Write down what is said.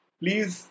please